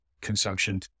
consumption